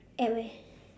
at where